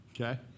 okay